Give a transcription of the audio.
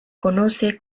conoce